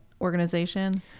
organization